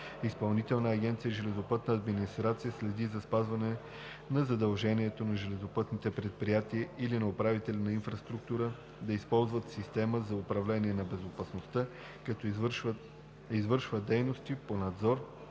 Изпълнителна агенция „Железопътна администрация“ следи за спазване на задължението на железопътните предприятия или на управителите на инфраструктура да използват система за управление на безопасността, като извършва дейности по надзор,